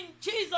Jesus